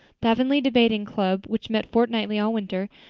the avonlea debating club, which met fortnightly all winter,